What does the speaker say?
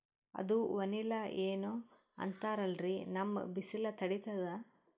ಅದು ವನಿಲಾ ಏನೋ ಅಂತಾರಲ್ರೀ, ನಮ್ ಬಿಸಿಲ ತಡೀತದಾ?